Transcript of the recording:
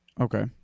Okay